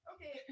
Okay